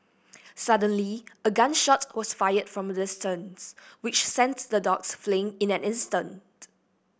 suddenly a gun shot was fired from the distance which sent the dogs fleeing in an instant